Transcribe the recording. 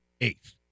eighth